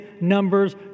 Numbers